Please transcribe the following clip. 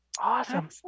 Awesome